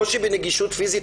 קושי בנגישות פיזית.